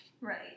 Right